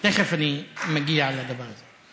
תכף אני מגיע לדבר הזה.